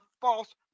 false